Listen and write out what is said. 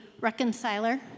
reconciler